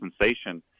sensation